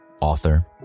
author